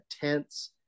tents